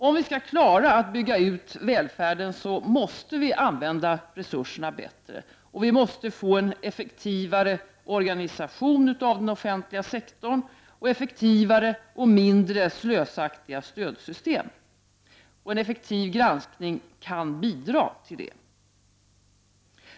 Om vi skall klara att bygga ut välfärden måste vi använda resurserna bättre. Vi måste få en effektivare organisation av den offentliga sektorn samt effektivare och mindre slösaktiga stödsystem. En effektiv granskning kan bidra till det.